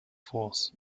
force